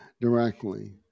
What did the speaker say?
directly